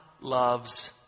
loves